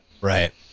Right